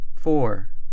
four